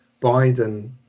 Biden